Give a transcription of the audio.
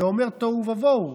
זה אומר תוהו ובוהו.